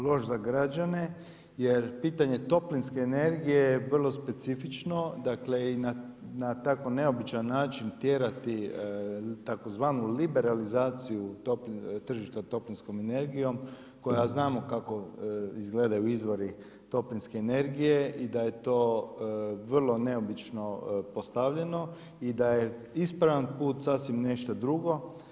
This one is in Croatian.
Loš za građane jer pitanje toplinske energije je vrlo specifično i na tako neobičan način tjerati tzv. liberalizaciju tržišta toplinskom energijom koja znamo kako izgledaju izvori toplinske energije i da je to vrlo neobično postavljeno i da je ispravan put sasvim nešto drugo.